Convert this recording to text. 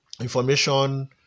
information